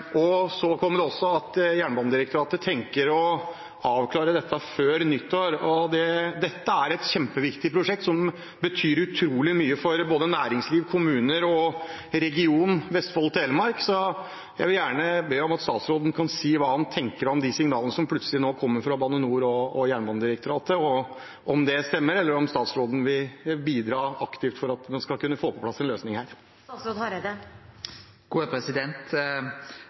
Så kommer det også fram at Jernbanedirektoratet tenker å avklare dette før nyttår. Dette er et kjempeviktig prosjekt som betyr utrolig mye for både næringsliv, kommuner og regionen Vestfold og Telemark. Jeg vil gjerne be om at statsråden kan si hva han tenker om de signalene som plutselig nå kommer fra Bane NOR og Jernbanedirektoratet – om det stemmer. Eller vil statsråden bidra aktivt for at en skal kunne få på plass en løsning her?